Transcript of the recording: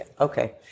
Okay